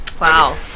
Wow